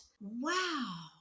wow